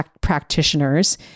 practitioners